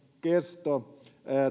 kesto